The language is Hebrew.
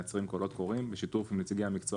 מייצרים "קולות קוראים" בשיתוף נציגי המקצוע